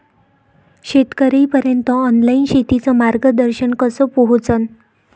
शेतकर्याइपर्यंत ऑनलाईन शेतीचं मार्गदर्शन कस पोहोचन?